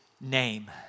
name